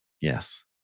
Yes